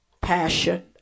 passion